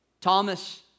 Thomas